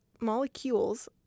molecules